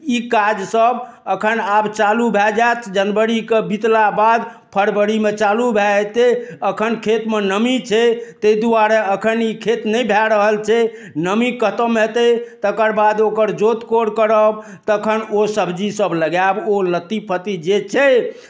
ई काज सभ अखन आब चालू भए जायत जनवरीके बितला बाद फरवरीमे चालू भए जायत एखन खेतमे नमी छै तै दुआरे एखन ई खेत नहि भए रहल छै नमी खतम हेतै तकर बाद ओकर जोत कोड़ करब तखन ओ सब्जी सभ लगायब ओ लत्ती फत्ती जे छै